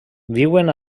viuen